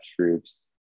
Troops